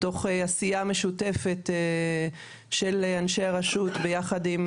מתוך עשייה משותפת של אנשי הרשות ביחד עם